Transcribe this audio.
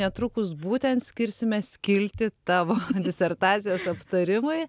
netrukus būtent skirsime skiltį tavo disertacijos aptarimui